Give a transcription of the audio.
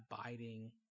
abiding